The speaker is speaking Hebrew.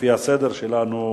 לפי הסדר שלנו,